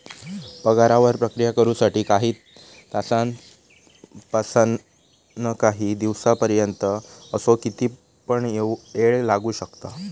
पगारावर प्रक्रिया करु साठी काही तासांपासानकाही दिसांपर्यंत असो किती पण येळ लागू शकता